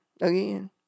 again